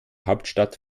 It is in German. hauptstadt